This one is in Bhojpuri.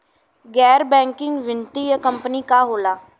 गैर बैकिंग वित्तीय कंपनी का होला?